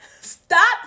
stop